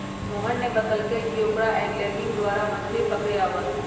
मोहन ने बतल कई कि ओकरा एंगलिंग द्वारा मछ्ली पकड़े आवा हई